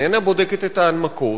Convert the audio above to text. איננה בודקת את ההנמקות,